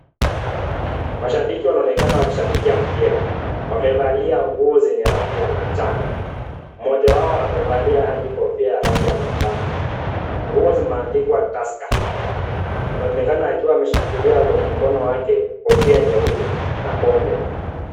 Mashabiki wanaonekana wakishabikia mpira. Wamevalia nguo zenye rangi ya manjano. Mmoja wao amevalia hadi kofia ya rangi ya manjano. Nguo zimeandikwa Tusker. Anaonekana akiwa ameshikilia kwenye mkono wake, kofia nyeupe na pombe.